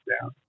down